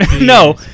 No